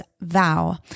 Vow